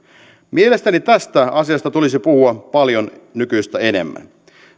mielestäni tästä asiasta tulisi puhua paljon nykyistä enemmän